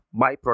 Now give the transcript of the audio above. byproduct